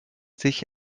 sich